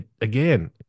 again